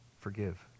Forgive